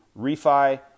refi